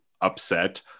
upset